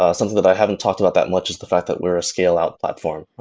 ah something that i haven't talked about that and which is the fact that we're a scale-out platform.